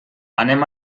anem